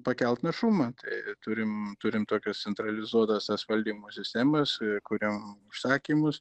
pakelt našumą tai turim turim tokias centralizuotas tas valdymo sistemas kuriom užsakymus